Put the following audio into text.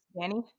Danny